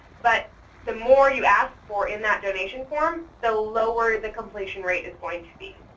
but the more you ask for in that donation form, the lower the completion rate is going to be.